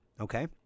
okay